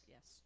Yes